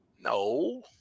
No